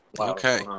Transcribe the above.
Okay